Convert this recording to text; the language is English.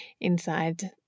inside